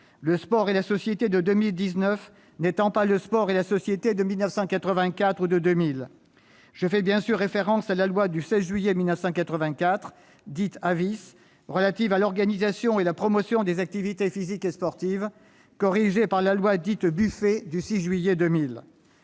le sport et la société de 2019 n'étant pas le sport et la société de 1984 ou de 2000 ? Je fais bien sûr référence à la loi du 16 juillet 1984, dite Avice, relative à l'organisation et à la promotion des activités physiques et sportives, corrigée par la loi dite Buffet du 6 juillet 2000.